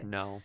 no